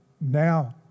now